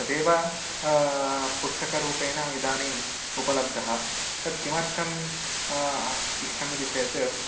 तदेव पुस्तकरूपेण इदानीम् उपलब्धः तत् किमर्थम् इष्टमिति चेत्